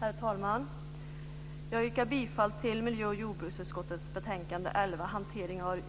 Herr talman! Jag yrkar bifall till hemställan i miljö och jordbruksutskottets betänkande 11, Hanteringen av